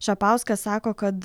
šapauskas sako kad